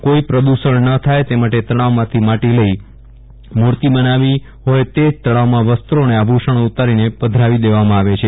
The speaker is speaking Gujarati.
કોઈ પ્રદૂષણ ન થાય તે માટે જે તળાવમાંથી માટી લઈ મૂર્તિ બનાવી હોય તે જ તળાવમાં વસ્ત્રો અને આભૂષણો ઊતારીને પધરાવી દેવામાં આવે છે